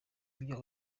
byo